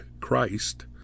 Christ